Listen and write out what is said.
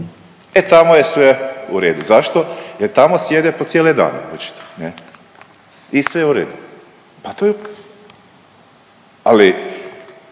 E tamo je sve u redu. Zašto? Jer tamo sjede po cijele dane očito, ne? I sve je u redu. Pa to je, ali